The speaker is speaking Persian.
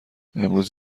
امروز